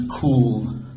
cool